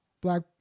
black